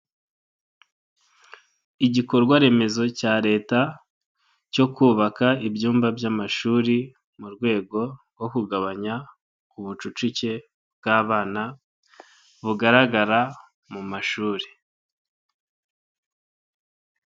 Igikorwa remezo cya leta cyo kubaka ibyumba by'amashuri mu rwego rwo kugabanya ubucucike bw'abana bugaragara mu mashuri.